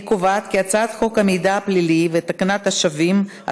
אני קובעת כי הצעת חוק המידע הפלילי ותקנת השבים,